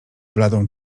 bladą